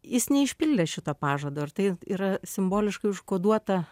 jis neišpildė šito pažado ar tai yra simboliškai užkoduota